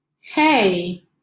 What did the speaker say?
hey